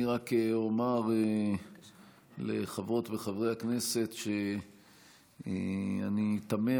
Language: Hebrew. אני רק אומר לחברות וחברי הכנסת שאני תמה,